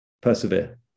persevere